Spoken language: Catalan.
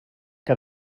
que